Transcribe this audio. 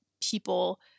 people